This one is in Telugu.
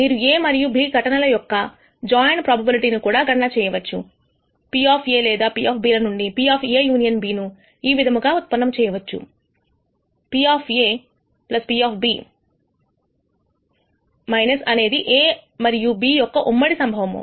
మీరు A మరియుB ఘటనల యొక్క జాయింట్ ప్రోబబిలిటీ ను కూడా గణన చేయవచ్చుP లేదా P ల నుండి PA∪B ను ఈ విధముగా ఉత్పన్నము చేయవచ్చు P P అనేది A మరియు B యొక్క ఉమ్మడి సంభవము